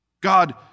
God